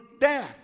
death